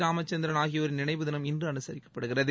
ராமச்சந்திரன் ஆகியோரின் நினைவு தினம் இன்று அனுசரிக்கப்படுகிறது